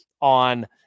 on